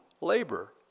labor